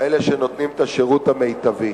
כאלה שנותנים את השירות המיטבי.